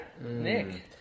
Nick